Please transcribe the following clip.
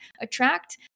attract